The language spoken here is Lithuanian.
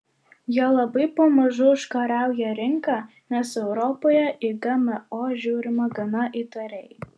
jie labai pamažu užkariauja rinką nes europoje į gmo žiūrima gana įtariai